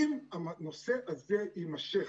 אם הנושא הזה יימשך,